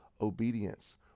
obedience